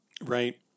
Right